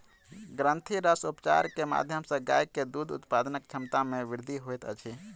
ग्रंथिरस उपचार के माध्यम सॅ गाय के दूध उत्पादनक क्षमता में वृद्धि होइत अछि